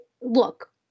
look